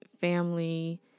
family